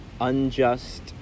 unjust